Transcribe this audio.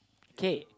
K